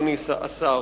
אדוני השר,